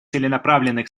целенаправленных